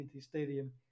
Stadium